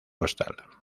postal